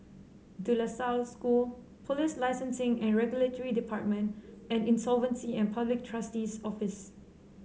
De La Salle School Police Licensing and Regulatory Department and Insolvency and Public Trustee's Office